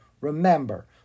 remember